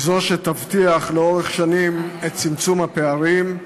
היא זו שתבטיח לאורך שנים את צמצום הפערים,